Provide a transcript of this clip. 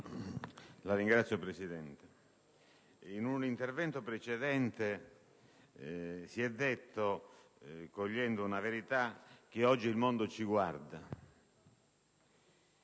Signor Presidente, in un intervento precedente si è detto, cogliendo una verità, che oggi il mondo ci guarda.